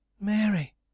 Mary